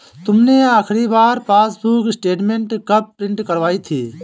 तुमने आखिरी बार पासबुक स्टेटमेंट कब प्रिन्ट करवाई थी?